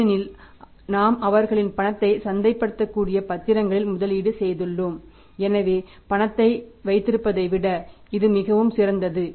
ஏனெனில் நாம் அவர்களின் பணத்தை சந்தைப்படுத்தக்கூடிய பத்திரங்களில் முதலீடு செய்துள்ளோம் எனவே பணத்தை வைத்திருப்பதை விட இது மிகவும் சிறந்தது